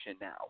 now